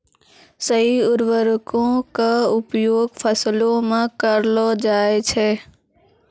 सही उर्वरको क उपयोग फसलो म करलो जाय छै